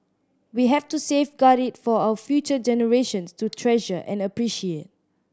we have to safeguard it for our future generations to treasure and appreciate